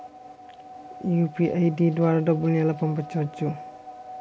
UPI ID ద్వారా డబ్బులు ఎలా పంపవచ్చు?